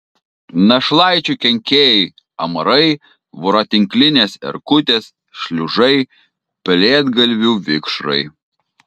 našlaičių kenkėjai amarai voratinklinės erkutės šliužai pelėdgalvių vikšrai